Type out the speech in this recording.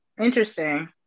interesting